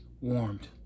warmed